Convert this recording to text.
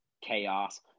chaos